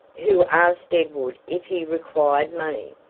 who asked edward if he required money.